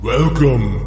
Welcome